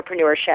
entrepreneurship